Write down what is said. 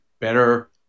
better